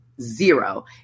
zero